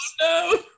No